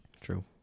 True